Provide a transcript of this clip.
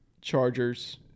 Chargers